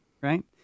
right